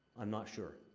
i'm not sure.